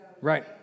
right